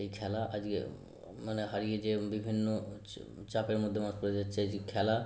এই খেলা আজকে মানে হারিয়ে যেয়ে বিভিন্ন হচ্ছে চাপের মধ্যে মানুষ পড়ে যাচ্ছে যে খেলা